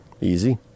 Easy